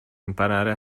imparare